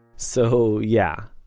so, yeah.